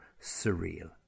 surreal